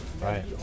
Right